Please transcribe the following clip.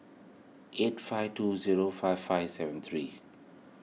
eight five two zero five five seven three